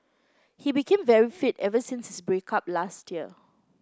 he became very fit ever since his break up last year